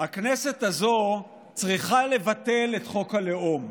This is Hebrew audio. הכנסת הזאת צריכה לבטל את חוק הלאום,